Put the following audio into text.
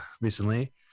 recently